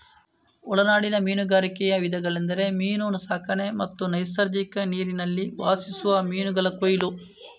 ಒಳನಾಡಿನ ಮೀನುಗಾರಿಕೆಯ ವಿಧಗಳೆಂದರೆ ಮೀನು ಸಾಕಣೆ ಮತ್ತು ನೈಸರ್ಗಿಕ ನೀರಿನಲ್ಲಿ ವಾಸಿಸುವ ಮೀನುಗಳ ಕೊಯ್ಲು